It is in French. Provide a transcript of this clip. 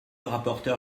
rapporteur